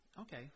Okay